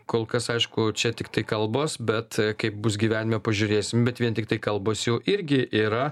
kol kas aišku čia tiktai kalbos bet kaip bus gyvenime pažiūrėsim bet vien tiktai kalbos jau irgi yra